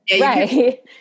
Right